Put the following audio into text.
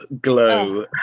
glow